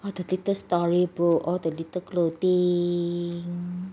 all the little storybook all the little clothing